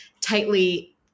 tightly